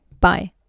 Bye